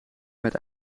met